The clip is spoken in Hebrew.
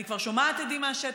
אני כבר שומעת הדים מהשטח,